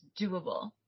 doable